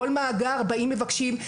כל מאגר, באים ומבקשים.